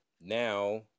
now